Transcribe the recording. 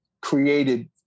created